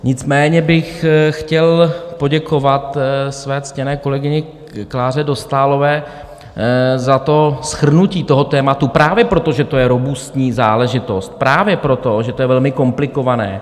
Nicméně bych chtěl poděkovat své ctěné kolegyni Kláře Dostálové za shrnutí toho tématu právě proto, že to je robustní záležitost, právě proto, že to je velmi komplikované.